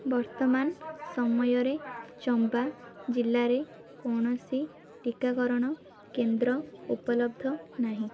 ବର୍ତ୍ତମାନ ସମୟରେ ଚମ୍ବା ଜିଲ୍ଲାରେ କୌଣସି ଟିକାକରଣ କେନ୍ଦ୍ର ଉପଲବ୍ଧ ନାହିଁ